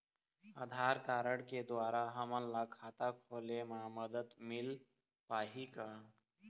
आधार card के द्वारा हमन ला खाता खोले म मदद मिल पाही का?